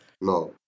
no